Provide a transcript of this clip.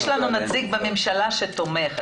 יש לנו נציג בממשלה שתומך.